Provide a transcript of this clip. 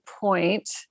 point